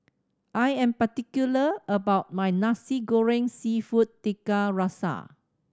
I am particular about my Nasi Goreng Seafood Tiga Rasa